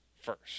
first